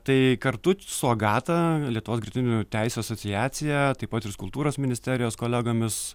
tai kartu su agata lietuvos gretutinių teisių asociacija taip pat ir su kultūros ministerijos kolegomis